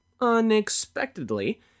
unexpectedly